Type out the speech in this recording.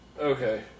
Okay